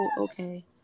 okay